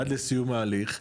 עד לסיום ההליך,